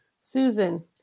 Susan